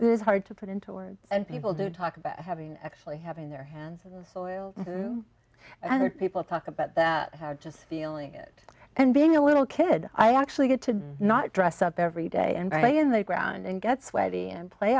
it's hard to put into words and people who talk about having actually having their hands in the soil do people talk about that had just feeling it and being a little kid i actually get to not dress up every day and write in the ground and get sweaty and play